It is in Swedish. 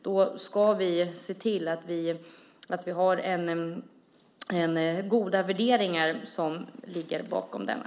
Då ska vi se till att goda värderingar ligger bakom denna.